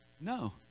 No